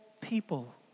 people